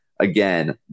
Again